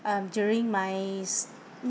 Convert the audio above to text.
um during my